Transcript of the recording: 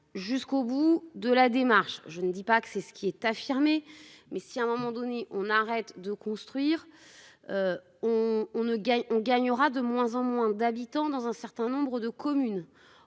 jusqu'au bout de la démarche, je ne dis pas que c'est ce qui est affirmé. Mais si à un moment donné on arrête de construire. On on ne gagne on gagnera de moins en moins d'habitants dans un certain nombre de communes.